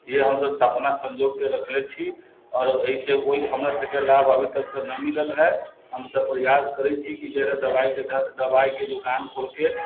इएह हम सभ सपना सञ्जोके रखले छी आओर एहिसँ कोइ लाभ हमरा सभके अभी तक तऽ न मिलल है हम सभ प्रयास करै छी कि जे दवाइके दुकान खोलिके